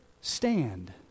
Stand